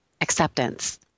acceptance